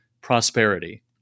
prosperity